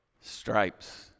stripes